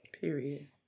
period